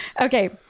okay